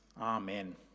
Amen